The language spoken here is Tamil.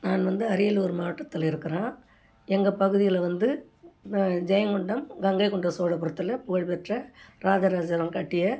நான் வந்து அரியலூர் மாவட்டத்தில் இருக்கிறேன் எங்கள் பகுதியில் வந்து ப ஜெயங்கொண்டம் கங்கைகொண்ட சோழபுரத்தில் புகழ்பெற்ற ராஜராஜன் கட்டிய